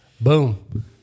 Boom